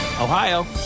Ohio